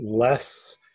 less